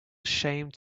ashamed